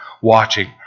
watching